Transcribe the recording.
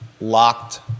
locked